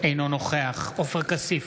אינו נוכח עופר כסיף,